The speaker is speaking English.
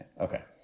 Okay